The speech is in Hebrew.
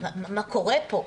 מה קורה פה.